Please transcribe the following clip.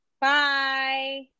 Bye